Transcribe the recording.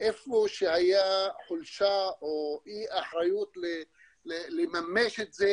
איפה שהייתה חולשה או אי אחריות לממש את זה,